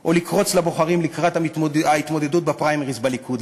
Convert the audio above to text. או לקרוץ לבוחרים לקראת ההתמודדות בפריימריז בליכוד,